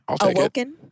Awoken